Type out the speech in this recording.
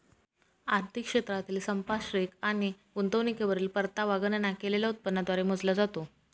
आर्थिक क्षेत्रातील संपार्श्विक आणि गुंतवणुकीवरील परतावा गणना केलेल्या उत्पन्नाद्वारे मोजला जातो